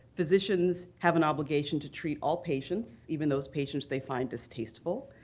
physicians have an obligation to treat all patients, even those patients they find distasteful.